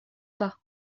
pas